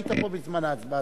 והיית פה בזמן ההצבעה,